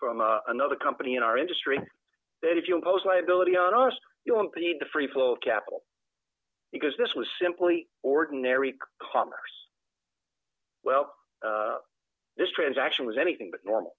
from another company in our industry that if you impose liability on us you won't need the free flow of capital because this was simply ordinary commerce well this transaction was anything but normal